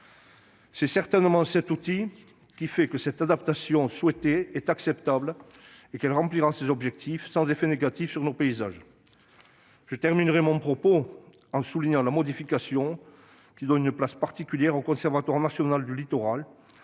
C'est certainement cet outil qui fait que cette adaptation souhaitée est acceptable et qu'elle remplira ses objectifs sans effets négatifs sur nos paysages. Je terminerai mon propos en soulignant la modification du texte qui donne une place particulière au Conservatoire du littoral